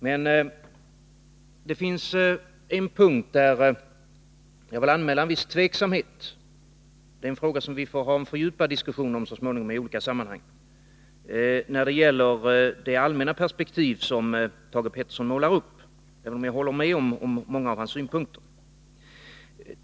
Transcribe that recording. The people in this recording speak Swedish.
Men på en punkt vill jag anmäla en viss tveksamhet. Det är en fråga som vi så småningom får ha en fördjupad diskussion om i olika sammanhang. Det gäller det allmänna perspektiv som Thage Peterson målar upp, även om jag håller med om många av hans synpunkter.